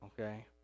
Okay